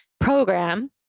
program